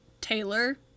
Taylor